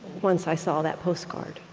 once i saw that postcard.